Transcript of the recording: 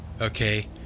Okay